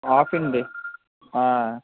half అండి